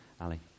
Ali